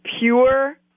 pure